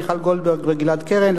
מיכל גולדברג וגלעד קרן,